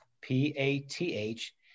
P-A-T-H